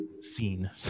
scene